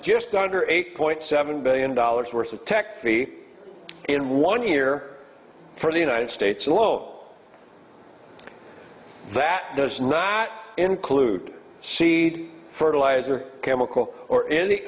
just under eight point seven billion dollars worth of tech fee in one year for the united states alone that does not include seed fertilizer chemical or any